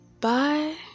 Bye